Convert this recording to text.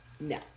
No